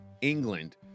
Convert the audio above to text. England